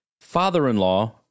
father-in-law